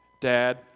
Dad